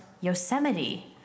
Yosemite